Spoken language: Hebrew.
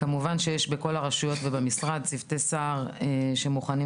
כמובן שיש בכל הרשויות ובמשרד צוותי סע"ר שמוכנים